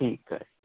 ਠੀਕ ਹੈ